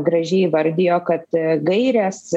gražiai įvardijo kad gairės